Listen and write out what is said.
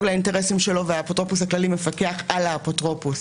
לאינטרסים שלו והאפוטרופוס הכללי מפקח על האפוטרופוס,